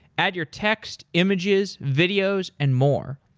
add your text, images, videos and more.